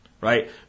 right